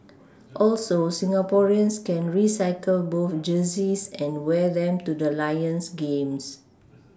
also Singaporeans can recycle both jerseys and wear them to the Lions games